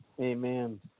Amen